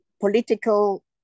political